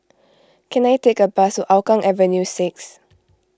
can I take a bus to Hougang Avenue six